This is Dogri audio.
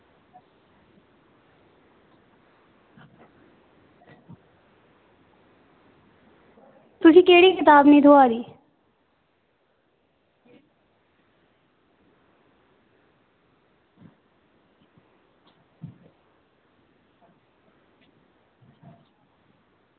तुगी केह्ड़ी कताब निं थ्होआ दी